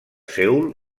seül